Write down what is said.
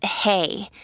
hey